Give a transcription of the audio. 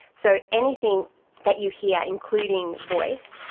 so anything that you hear, including voice,